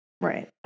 Right